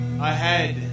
ahead